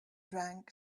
drank